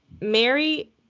Mary